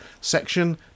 section